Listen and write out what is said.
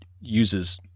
uses